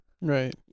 Right